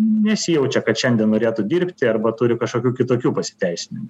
nesijaučia kad šiandien norėtų dirbti arba turi kažkokių kitokių pasiteisinimų